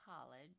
College